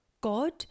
God